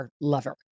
lover